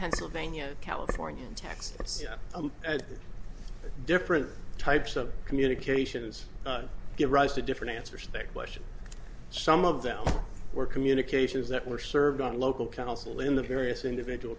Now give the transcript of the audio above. pennsylvania california and texas that's different types of communications give rise to different answers to questions some of them were communications that were served on local counsel in the various individual